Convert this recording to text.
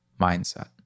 mindset